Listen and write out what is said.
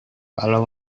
kalau